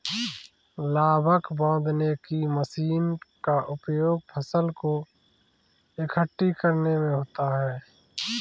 लावक बांधने की मशीन का उपयोग फसल को एकठी करने में होता है